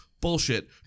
Bullshit